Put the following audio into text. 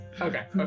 okay